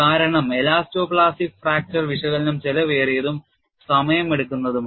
കാരണം elasto plastic fracture വിശകലനം ചെലവേറിയതും സമയമെടുക്കുന്നതുമാണ്